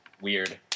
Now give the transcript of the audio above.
weird